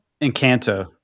Encanto